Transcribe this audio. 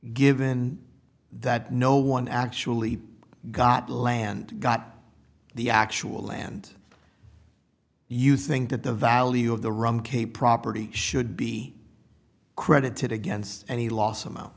given that no one actually got land got the actual land you think that the value of the runk a property should be credited against any loss amount